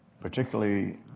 particularly